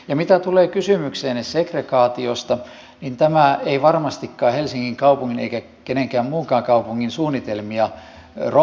ja mitä tulee kysymykseenne segregaatiosta niin tämä ei varmastikaan helsingin kaupungin eikä minkään muunkaan kaupungin suunnitelmia romuta